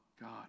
God